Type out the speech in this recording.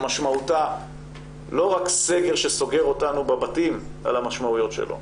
שמשמעותה לא רק סגר שסוגר אותנו בבתים על המשמעויות שלו,